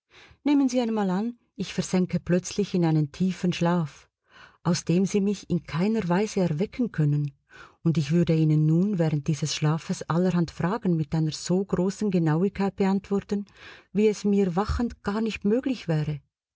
nehmen sie einmal an ich versänke plötzlich in einen tiefen schlaf aus dem sie mich in keiner weise erwecken können und ich würde ihnen nun während dieses schlafes allerhand fragen mit einer so großen genauigkeit beantworten wie es mir wachend garnicht möglich wäre